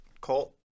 Colt